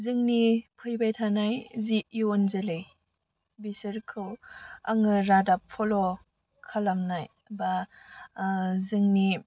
जोंनि फैबाय थानाय जि इयुन जोलै बिसोरखौ आङो रादाब फल' खालामनाय बा जोंनि